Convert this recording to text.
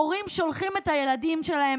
הורים שולחים את הילדים שלהם,